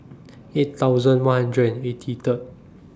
eight thousand one hundred and eighty Third